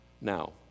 Now